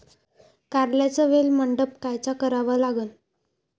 कारल्याचा वेल मंडप कायचा करावा लागन?